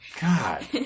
God